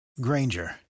Granger